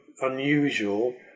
unusual